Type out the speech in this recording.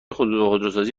خودروسازی